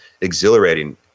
exhilarating